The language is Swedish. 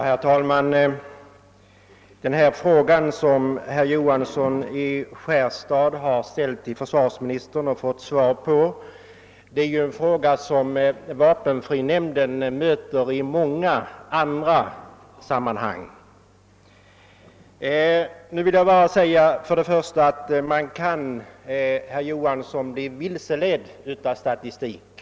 Herr talman! Den fråga som herr Johansson i Skärstad riktat till försvarsministern och fått svar på är ju en fråga som vapenfrinämnden möter i många andra sammanhang. Först och främst vill jag säga till herr Johansson att man kan bli vilseledd av statistik.